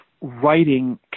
writing